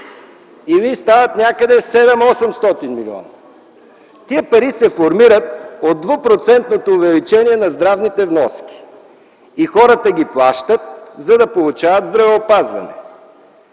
или стават накъде 700-800 млн. лв. Тези пари се формират от 2-процентното увеличение на здравните вноски и хората ги плащат, за да получават здравеопазване.